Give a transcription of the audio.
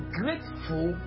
grateful